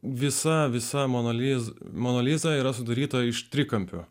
visa visa monaliz mona liza yra sudaryta iš trikampių